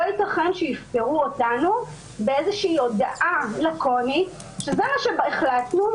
לא ייתכן שיפטרו אותנו באיזושהי הודעה לקונית שאומרת: כך החלטנו,